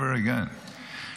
Never again,